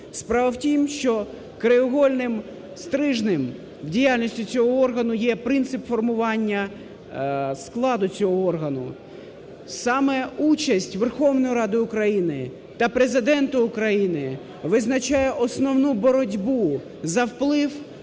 Справа в тім, що краєугольним стрижнем в діяльності цього органу є принцип формування складу цього органу. Саме участь Верховної Ради України та Президента України визначає основну боротьбу за вплив